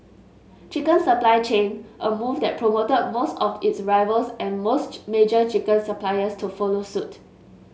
chicken supply chain a move that prompted most of its rivals and most major chicken suppliers to follow suit